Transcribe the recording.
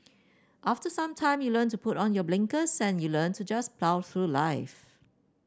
after some time you learn to put on your blinkers and you learn to just plough through life